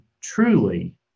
truly